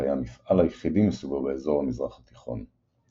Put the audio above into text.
והיה המפעל היחידי מסוגו באזור המזרח התיכון.